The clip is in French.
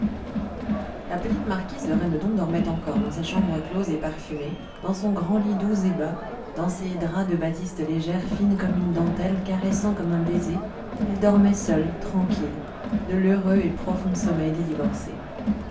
la petite marquise de rennedon dormait encore dans sa chambre close et parfumée dans son grand lit doux et bas dans ses draps de batiste légère fine comme une dentelle caressants comme un baiser elle dormait seule tranquille de l'heureux et profond sommeil des divorcées